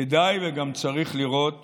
כדאי וגם צריך לראות